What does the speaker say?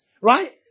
right